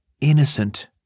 innocent